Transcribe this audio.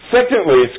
Secondly